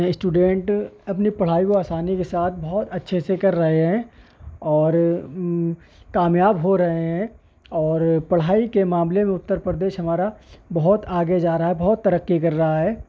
student اپنی پڑھائی کو آسانی کے ساتھ بہت اچھے سے کر رہے ہیں اور کامیاب ہو رہے ہیں اور پڑھائی کے معاملے میں اتر پردیش ہمارا بہت آگے جا رہا ہے بہت ترقی کر رہا ہے